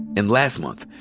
and last month,